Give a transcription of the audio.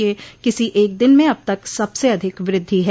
यह किसी एक दिन में अब तक सबसे अधिक वृद्धि है